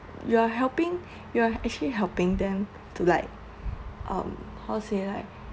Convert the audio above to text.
you are helping you are actually helping them to like um how to say like